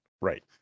Right